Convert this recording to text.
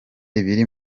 ibiri